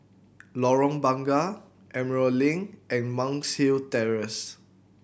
Lorong Bunga Emerald Link and Monk's Hill Terrace